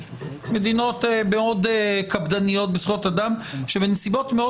מדינות מאוד קפדניות בזכויות אדם - שבנסיבות מאוד